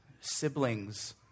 siblings